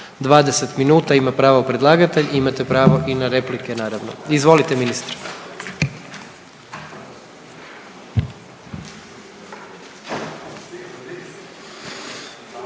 20 minuta ima pravo predlagatelj, imate pravo i na replike naravno. Izvolite ministre.